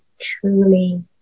truly